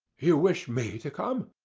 you wish me to come?